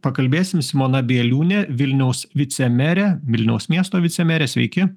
pakalbėsim simona bieliūnė vilniaus vicemerė vilniaus miesto vicemerė sveiki